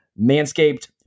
Manscaped